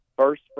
First